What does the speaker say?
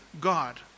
God